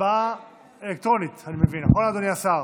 הצבעה אלקטרונית, אני מבין, נכון, אדוני השר?